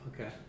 Okay